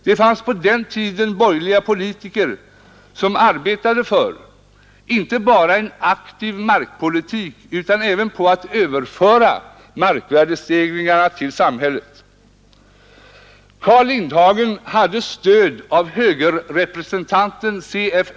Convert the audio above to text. Det fanns på den tiden borgerliga politiker som arbetade för inte bara en aktiv markpolitik utan även på att överföra markvärdestegringarna till samhället. Carl Lindhagen hade stöd av högerrepresentanten G.F.